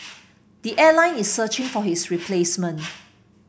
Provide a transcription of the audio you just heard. the airline is searching for his replacement